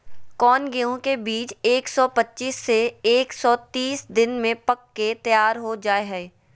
कौन गेंहू के बीज एक सौ पच्चीस से एक सौ तीस दिन में पक के तैयार हो जा हाय?